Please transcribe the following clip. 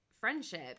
friendship